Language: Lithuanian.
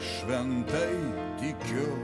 šventai tikiu